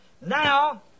now